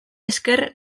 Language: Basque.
esker